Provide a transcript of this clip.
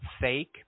fake